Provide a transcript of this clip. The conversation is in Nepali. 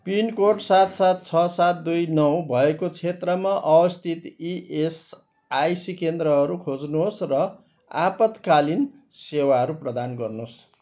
पिनकोड सात सात छ सात दुई नौ भएको क्षेत्रमा अवस्थित इएसआइसी केन्द्रहरू खोज्नुहोस् र आपतकालीन सेवाहरू प्रदान गर्नुहोस्